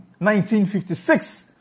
1956